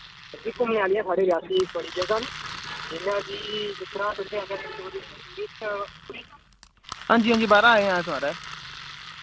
हांजी हांजी बाह्रा आएं आं अस माराज